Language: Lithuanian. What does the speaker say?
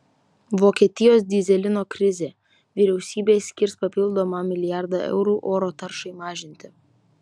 vokietijos dyzelino krizė vyriausybė skirs papildomą milijardą eurų oro taršai mažinti